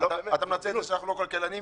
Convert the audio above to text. שאתה מנצל את זה שאנחנו לא כלכלנים?